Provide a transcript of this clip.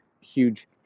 huge